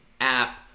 app